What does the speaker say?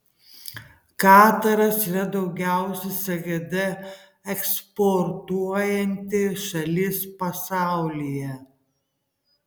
kataras yra daugiausiai sgd eksportuojanti šalis pasaulyje